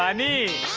um me.